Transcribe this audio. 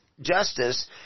justice